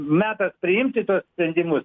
metas priimti tuos sprendimus